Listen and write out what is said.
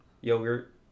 yogurt